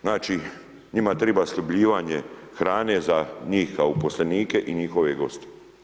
Znači, njima treba sljubljivanje hrane za njih kao uposlenike i njihove goste.